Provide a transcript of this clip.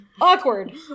Awkward